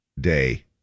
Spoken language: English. Day